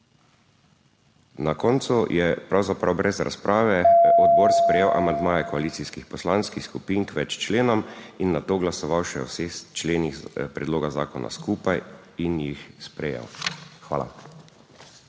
Na koncu je pravzaprav brez razprave odbor sprejel amandmaje koalicijskih poslanskih skupin k več členom in nato glasoval še o vseh členih predloga zakona skupaj in jih sprejel. Hvala.